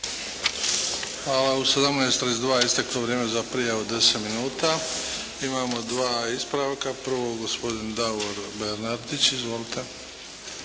(HDZ)** U 17,32 isteklo vrijeme za prijavu od 10 minuta. Imamo dva ispravka. Prvo gospodin Davor Bernardić. Izvolite.